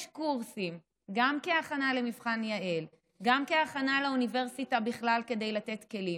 שיש קורסים להכנה למבחן יע"ל ולהכנה לאוניברסיטה כדי לתת כלים.